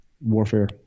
Warfare